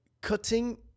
cutting